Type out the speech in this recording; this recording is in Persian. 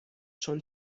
چون